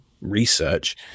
research